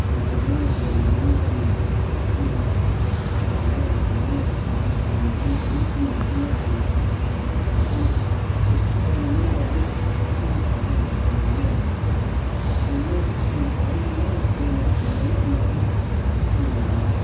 गेलेनो मोजां मोनोमोन जोङो बेखौनो दानो लुनो सिंग्रि समनिफ्रायनो गोरलै समनिफ्रायनो जोङो बेखौ सेसथा होयोमोन आरो बे जिफ्राखौहाय दानो लुनो गोरलैनिफ्रानो सोलोंखाबायनालाय सोलोङै सोलोङै उनावहाय रोंलांबाय